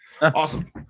Awesome